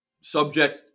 subject